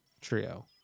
Trio